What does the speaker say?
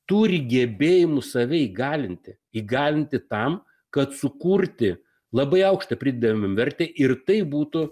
turi gebėjimų save įgalinti įgalinti tam kad sukurti labai aukštą pridėtinę vertę ir tai būtų